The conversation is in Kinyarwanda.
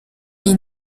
iyi